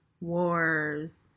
wars